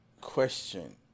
question